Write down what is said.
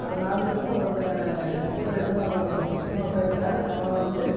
அதில் நாலு பேர்த்துல ஒருத்தன் என் கூட இன்னும் இன்னொருத்தன் இருக்கான் அவன் வந்து